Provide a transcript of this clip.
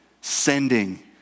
sending